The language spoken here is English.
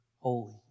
holy